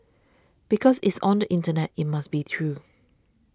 because it's on the internet it must be true